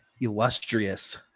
illustrious